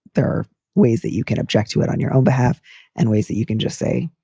there are ways that you can object to it on your own behalf and ways that you can just say,